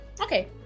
Okay